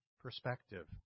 perspective